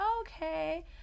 okay